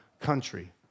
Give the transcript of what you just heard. country